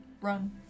run